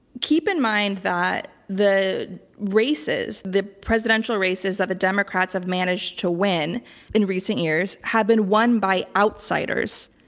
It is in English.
keep in mind that the races, the presidential races that the democrats have managed to win in recent years have been won by outsiders.